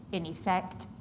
in effect,